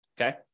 Okay